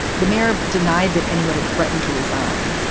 the mayor denied that anyone had threatened to resign.